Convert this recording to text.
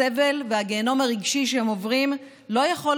הסבל והגיהינום הרגשי שהם עוברים לא יכולים